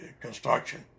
construction